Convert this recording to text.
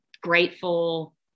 grateful